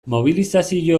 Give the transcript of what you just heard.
mobilizazio